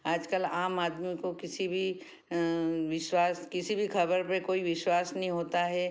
आज कल आम आदमियों को किसी भी विश्वास किसी भी खबर पे कोई विश्वास नहीं होता है